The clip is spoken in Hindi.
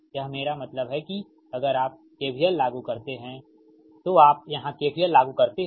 यह मेरा मतलब है कि अगर आप KVL लागू करते हैं तो आप यहां KVL लागू करते हैं